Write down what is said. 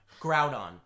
Groudon